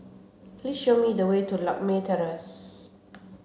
please show me the way to Lakme Terrace